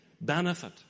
benefit